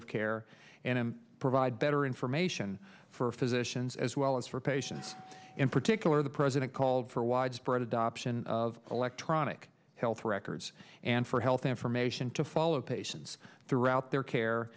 of care and provide better information for physicians as well as for patients in particular the president called for widespread adoption of electronic health records and for health information to follow patients throughout their care